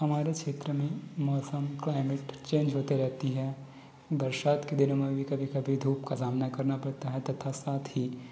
हमारे क्षेत्र में मौसम क्लाईमेट चेंज होते रहती है बरसात के दिनों में भी कभी कभी धूप का सामना करना पड़ता है तथा साथ ही